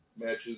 matches